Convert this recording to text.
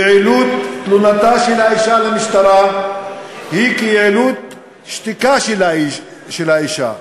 יעילות תלונתה של האישה למשטרה היא כיעילות שתיקה של האישה,